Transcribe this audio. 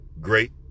great